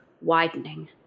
widening